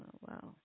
wow